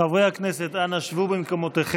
חברי הכנסת, אנא שבו במקומותיכם